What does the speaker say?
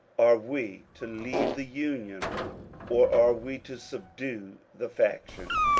are we to leave the union or are we to subdue the faction?